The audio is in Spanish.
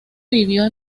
vivió